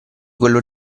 quello